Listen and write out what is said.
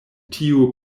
tiu